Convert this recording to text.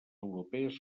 europees